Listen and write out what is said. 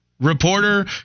reporter